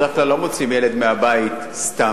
בדרך כלל שופטים לא מוציאים ילד מהבית סתם,